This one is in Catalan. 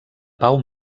pau